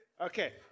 Okay